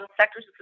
sectors